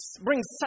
brings